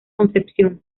concepción